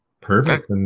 Perfect